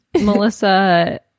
Melissa